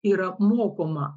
yra mokoma